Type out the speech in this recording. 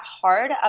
hard